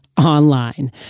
online